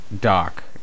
doc